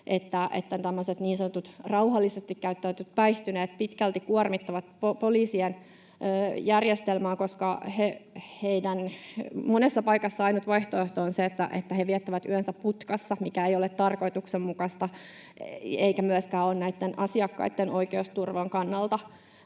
että niin sanotut rauhallisesti käyttäytyvät päihtyneet pitkälti kuormittavat poliisien järjestelmää, koska monessa paikassa ainut vaihtoehto on se, että he viettävät yönsä putkassa, mikä ei ole tarkoituksenmukaista eikä myöskään ole näitten asiakkaitten oikeusturvan ja